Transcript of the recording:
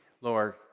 Lord